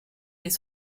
des